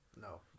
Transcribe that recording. No